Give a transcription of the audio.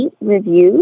reviews